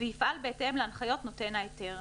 ויפעל בהתאם להנחיות נותן ההיתר,